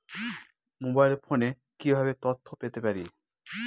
Mobile ফোনে কিভাবে তথ্য পেতে পারি?